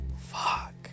fuck